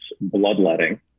bloodletting